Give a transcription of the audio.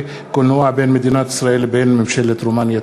קולנוע בין מדינת ישראל לבין ממשלת רומניה.